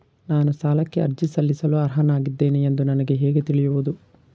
ನಾನು ಸಾಲಕ್ಕೆ ಅರ್ಜಿ ಸಲ್ಲಿಸಲು ಅರ್ಹನಾಗಿದ್ದೇನೆ ಎಂದು ನನಗೆ ಹೇಗೆ ತಿಳಿಯುವುದು?